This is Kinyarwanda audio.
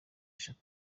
eshanu